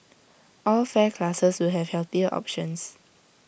all fare classes will have healthier options